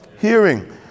hearing